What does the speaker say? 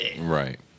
Right